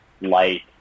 light